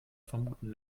vermuten